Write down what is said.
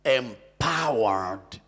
empowered